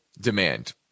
demand